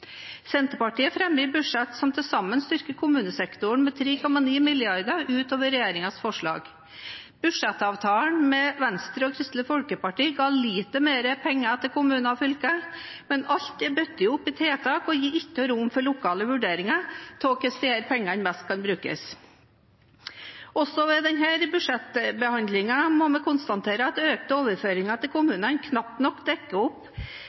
Senterpartiet fremmer et budsjett som til sammen styrker kommunesektoren med 3,9 mrd. kr utover regjeringens forslag. Budsjettavtalen med Venstre og Kristelig Folkeparti ga litt mer penger til kommunene og fylkene, men alt er bundet opp i tiltak og gir ikke noe rom for lokale vurderinger av hvordan pengene best kan brukes. Også ved denne budsjettbehandlingen må vi konstatere at økte overføringer til kommunene knapt nok dekker opp